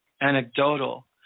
anecdotal